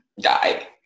die